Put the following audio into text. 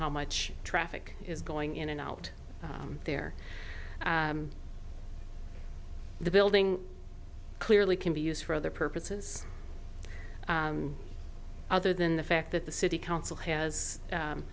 how much traffic is going in and out there the building clearly can be used for other purposes other than the fact that the city council has